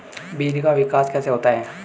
बीज का विकास कैसे होता है?